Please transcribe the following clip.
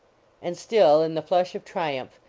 and still, in the flush of triumph,